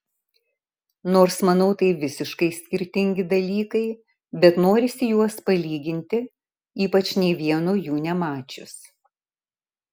nors manau tai visiškai skirtingi dalykai bet norisi juos palyginti ypač nė vieno jų nemačius